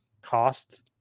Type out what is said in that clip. cost